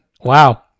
Wow